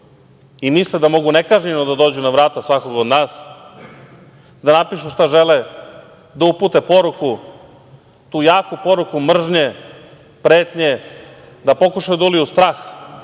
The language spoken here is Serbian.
i misle da mogu nekažnjeno da dođu na vrata svakog od nas, da napišu šta žele, da upute poruku, tu jaku poruku mržnje, pretnje, da pokušaju da uliju strah